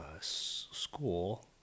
school